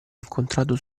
incontrato